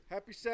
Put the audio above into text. Happy